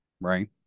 right